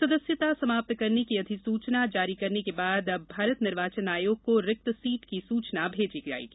सदस्यता समाप्त करने की अधिसूचना जारी करने के बाद अब भारत निर्वाचन आयोग को रिक्त सीट की सूचना भेजी जाएगी